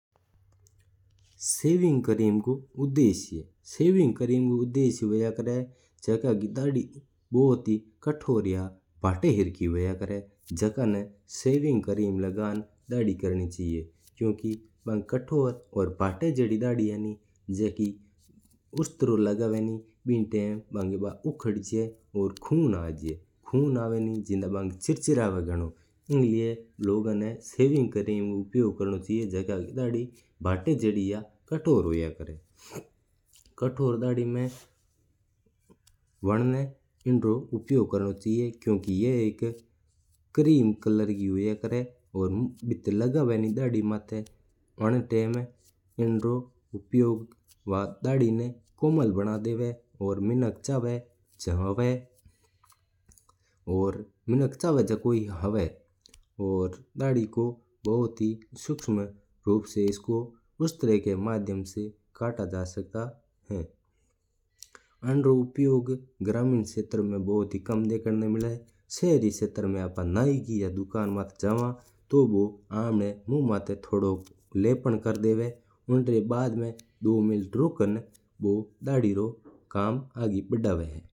Saving cream रो उद्देश्य होया करै है कि जका री दाढ़ी हुआ बिजंबा लगन कर्या करै है। इन्नो बिना कोई भी बळ है जो उतऱया करै है। आज कल कई ही प्रकार की शेविंग क्रीम अवण दौर गी है। पर्र मं थरा गव्व का आदमी मा तो साबुन लगार ही सेविंग कर लिया करां हां। आ सेविंग क्रीम तो शेर आला हल्का उपयोग लेवा है मं तो इतो ज्यादा उपयोग कोण लेवा। इन्न उ बळ जल्दी उथर जातो करै है।